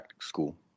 school